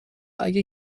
اگه